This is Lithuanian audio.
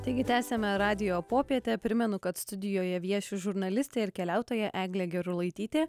taigi tęsiame radijo popietę primenu kad studijoje vieši žurnalistė ir keliautoja eglė gerulaitytė